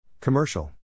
Commercial